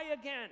again